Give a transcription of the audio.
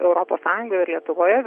europos sąjunga lietuvoje